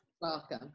Welcome